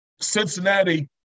Cincinnati